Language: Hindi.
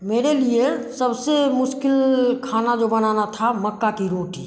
मेरे लिए सबसे मुश्किल खाना जो बनाना था मक्का की रोटी